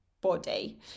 body